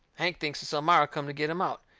hank thinks it's elmira come to get him out.